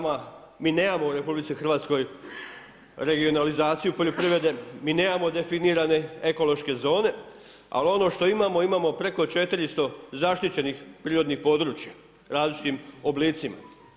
Mi nemamo u RH, regionalizaciju poljoprivrede, mi nemamo definirane ekološke zone, ali ono što imamo imamo preko 400 zaštićenih prirodnih područjima, različitih oblicima.